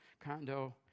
condo